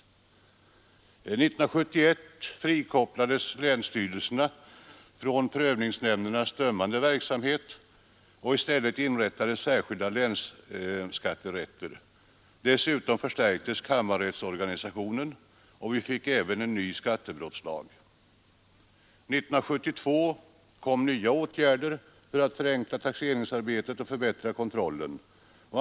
År 1971 frikopplades länsstyrelserna från prövningsnämndernas dömande verksamhet, och i stället inrättades särskilda länsskatterätter. Dessutom förstärktes kammarrättsorganisationen. Vi fick även en ny skattebrottslag. 1972 kom nya åtgärder för att förenkla taxeringsarbetet och förbättra kontrollen.